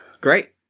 Great